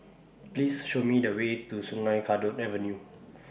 Please Show Me The Way to Sungei Kadut Avenue